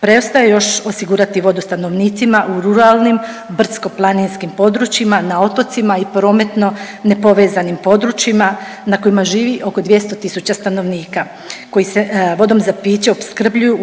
preostaje još osigurati vodu stanovnicima u ruralnim, brdsko-planinskim područjima, na otocima i prometno nepovezanim područjima na kojima živi oko 200 tisuća stanovnika koji se vodom za piće opskrbljuju